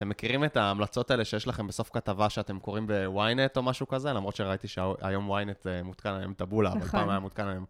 אתם מכירים את ההמלצות האלה שיש לכם בסוף כתבה שאתם קוראים בוויינט או משהו כזה? למרות שראיתי שהיום וויינט מותקן היום את טבולה, אבל פעם היה מותקן היום